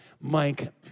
Mike